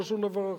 לא שום דבר אחר.